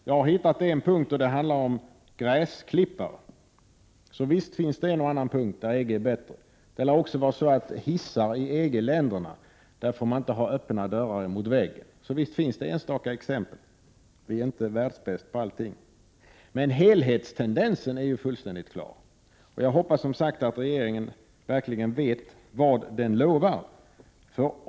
Jag har hittat en punkt som handlar om gräsklippare, och det lär också vara så att hissar i EG-länderna inte får ha öppna dörrar mot väggen. Sverige är inte världsbäst på allting, men helhetstendensen är fullständigt klar. Jag hoppas alltså att regeringen vet vad den lovar.